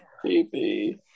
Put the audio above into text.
creepy